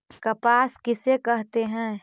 कपास किसे कहते हैं?